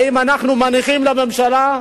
האם אנחנו מניחים לממשלה,